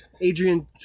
Adrian